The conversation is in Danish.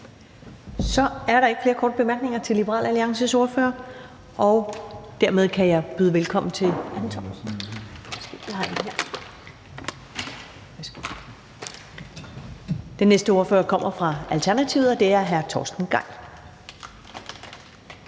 Så er der ikke flere korte bemærkninger til Liberal Alliances ordfører. Dermed kan jeg byde velkommen til den næste ordfører, der kommer fra Alternativet, og det er hr. Torsten Gejl.